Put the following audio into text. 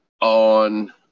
on